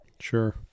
sure